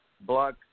block